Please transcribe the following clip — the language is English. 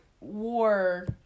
war